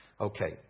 Okay